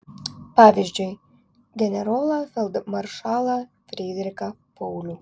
pavyzdžiui generolą feldmaršalą frydrichą paulių